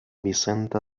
vicente